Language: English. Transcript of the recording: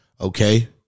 okay